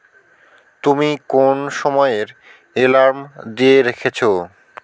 তুমি কোন সময়ের আলার্ম দিয়ে রেখেছো